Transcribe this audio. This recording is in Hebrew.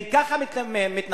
הם ככה מתנהלים.